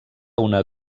una